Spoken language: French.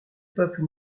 peuple